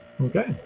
Okay